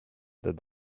that